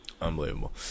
Unbelievable